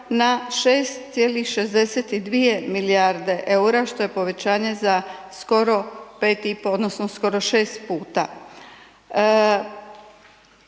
na 6,62 milijarde EUR-a što je povećanje za skoro 5 i po odnosno skoro 6 puta.